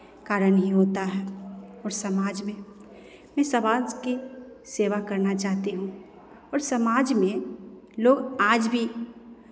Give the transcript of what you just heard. कारण ही होता है और समाज में समाज के सेवा करना चाहती हूँ और समाज में लोग आज भी